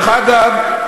דרך אגב,